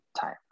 time